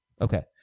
Okay